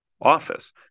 office